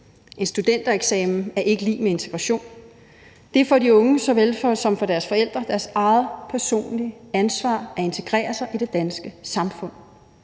En studentereksamen er ikke lig med integration. Det er for de unge såvel som for deres forældre deres eget personlige ansvar at integrere sig i det danske samfund.